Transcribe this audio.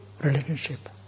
relationship